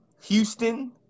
Houston